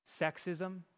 sexism